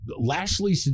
lashley